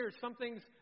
something's